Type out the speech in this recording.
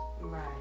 Right